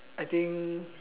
I think